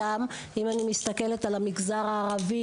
אם אני מסתכלת על המגזר הערבי,